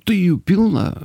tai jų pilna